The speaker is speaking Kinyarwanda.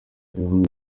ibihumbi